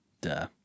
Duh